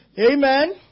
Amen